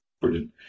Brilliant